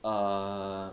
err